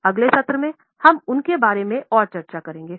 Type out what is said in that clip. अगले सत्र में हम उनके बारे में और चर्चा करेंगे